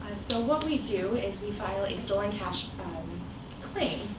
so what we do is, we file a stolen cash claim.